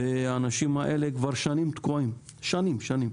והאנשים האלה כבר שנים תקועים, שנים, שנים,